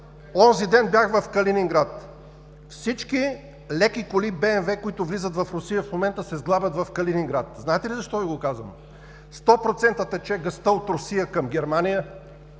Онзи ден бях в Калининград. Всички леки коли БМВ, които влизат в Русия, в момента се сглобяват в Калининград. Знаете ли защо Ви го казвам? Сто процента тече газта от Русия към Германия,